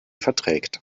verträgt